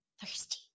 thirsty